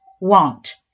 want